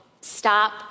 Stop